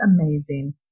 amazing